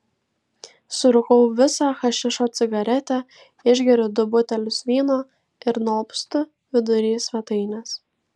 surūkau visą hašišo cigaretę išgeriu du butelius vyno ir nualpstu vidury svetainės